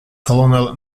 colonel